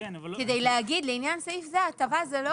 כדי להגיד לעניין סעיף זה ההטבה זה לא